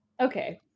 Okay